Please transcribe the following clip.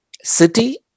city